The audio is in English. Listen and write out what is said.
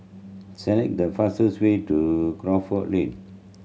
select the fastest way to Crawford Lane